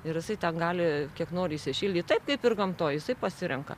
ir jisai ten gali kiek nori įsišildyt taip kaip ir gamtoje jisai pasirenka